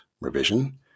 revision